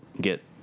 get